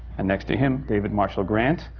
and next to him, david marshall grant,